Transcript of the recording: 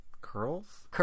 Curls